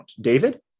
David